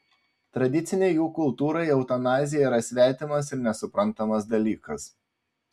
tradicinei jų kultūrai eutanazija yra svetimas ir nesuprantamas dalykas